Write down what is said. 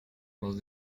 los